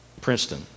Princeton